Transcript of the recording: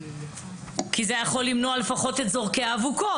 כי זה יכול היה למנוע לפחות את זורקי האבוקות,